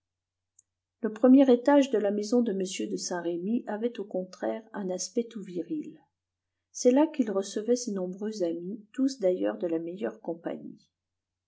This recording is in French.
le premier étage de la maison de m de saint-remy avait au contraire un aspect tout viril c'est là qu'il recevait ses nombreux amis tous d'ailleurs de la meilleure compagnie